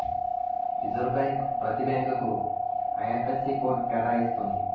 reserve bank ప్రతి బ్యాంకుకు IFSC code కేటాయిస్తుంది